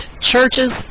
churches